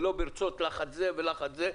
ולא ברצות זה או בלחץ של זה,